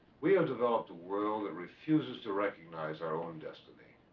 we have developed a world that refuses to recognize our own destiny.